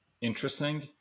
interesting